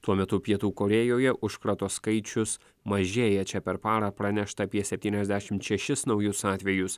tuo metu pietų korėjoje užkrato skaičius mažėja čia per parą pranešta apie septyniasdešimt šešis naujus atvejus